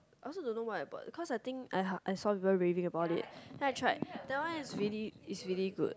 I also don't know why I bought because I think I saw people raving about it then I tried that one is really is really good